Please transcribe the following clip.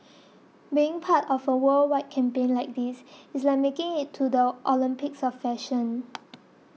being part of a worldwide campaign like this it's like making it to the Olympics of fashion